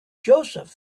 joseph